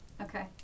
okay